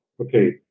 Okay